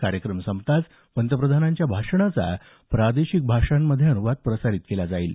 कार्यक्रम संपताच पंतप्रधानांच्या भाषणाचा प्रादेशिक भाषांमध्ये अनुवाद प्रसारित केला जाईल